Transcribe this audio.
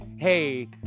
hey